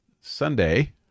Sunday